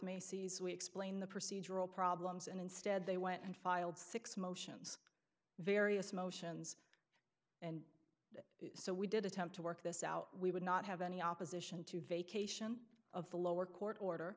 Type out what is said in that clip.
macy's we explained the procedural problems and instead they went and filed six motions various motions and that so we did attempt to work this out we would not have any opposition to vacation of the lower court order